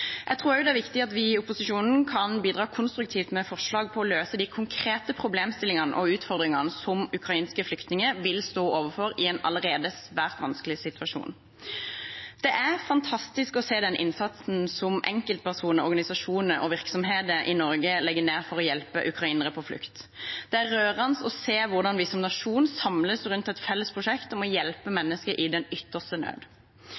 Jeg tror også det er viktig at vi i opposisjonen kan bidra konstruktivt med forslag for å løse de konkrete problemstillingene og utfordringene som ukrainske flyktninger vil stå overfor, i en allerede svært vanskelig situasjon. Det er fantastisk å se den innsatsen som enkeltpersoner, organisasjoner og virksomheter i Norge legger ned for å hjelpe ukrainere på flukt. Det er rørende å se hvordan vi som nasjon samles rundt et felles prosjekt om å hjelpe mennesker i den ytterste nød.